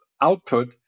output